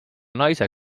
naise